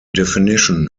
definition